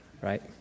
Right